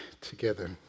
together